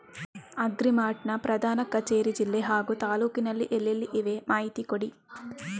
Agri Mart ನ ಪ್ರಧಾನ ಕಚೇರಿ ಜಿಲ್ಲೆ ಹಾಗೂ ತಾಲೂಕಿನಲ್ಲಿ ಎಲ್ಲೆಲ್ಲಿ ಇವೆ ಮಾಹಿತಿ ಕೊಡಿ?